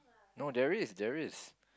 no there is there is